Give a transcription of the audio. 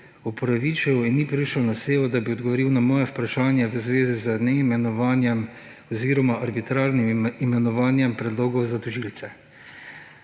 opravičil in ni prišel na sejo, da bi odgovoril na moje vprašanje v zvezi z neimenovanjem oziroma arbitrarnim imenovanjem predlogov za tožilce.